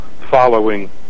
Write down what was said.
following